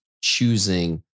choosing